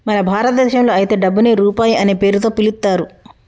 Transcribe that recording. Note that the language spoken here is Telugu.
మన భారతదేశంలో అయితే డబ్బుని రూపాయి అనే పేరుతో పిలుత్తారు